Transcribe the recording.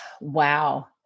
Wow